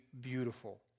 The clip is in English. beautiful